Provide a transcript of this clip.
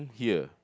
here